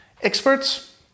experts